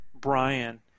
Brian